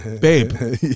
Babe